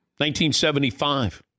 1975